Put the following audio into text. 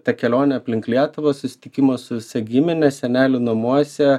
ta kelionė aplink lietuvą susitikimas su visa gimine senelių namuose